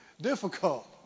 Difficult